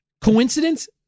Coincidence